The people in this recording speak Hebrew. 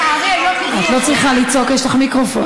לצערי, היום, את לא צריכה לצעוק, יש לך מיקרופון.